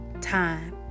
time